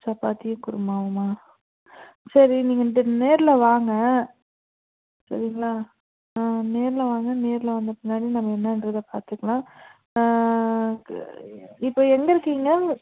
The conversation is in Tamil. சப்பாத்தி குருமாவுமா சரி நீங்கள் நேரில் வாங்க சரிங்ளா ஆ நேரில் வாங்க நேரில் வந்த பின்னாடி நம்ம என்னன்றதை பார்த்துக்கலாம் இப்போ எங்கே இருக்கிங்க